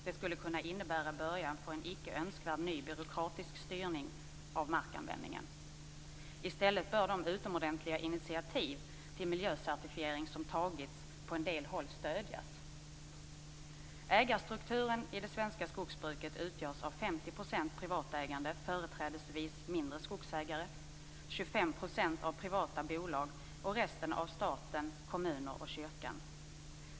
Det skulle kunna innebära början på en icke önskvärd ny byråkratisk styrning av markanvändningen. I stället bör de utomordentliga initiativ till miljöcertifiering som tagits på en del håll stödjas. Ägarstrukturen i det svenska skogsbruket utgörs av 50 % privatägande företrädesvis mindre skogsägare. 25 % ägs av privata bolag och resten av staten, kommuner och kyrkan.